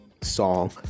song